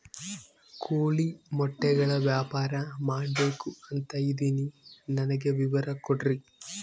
ಕೋಳಿ ಮೊಟ್ಟೆಗಳ ವ್ಯಾಪಾರ ಮಾಡ್ಬೇಕು ಅಂತ ಇದಿನಿ ನನಗೆ ವಿವರ ಕೊಡ್ರಿ?